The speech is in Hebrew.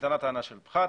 נטענה טענה של פחת,